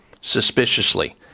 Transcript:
suspiciously